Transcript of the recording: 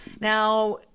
Now